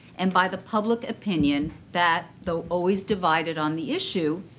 and by the public opinion that, though always divided on the issue,